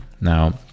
Now